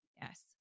Yes